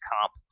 comp